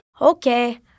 Okay